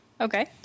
Okay